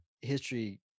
history